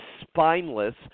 spineless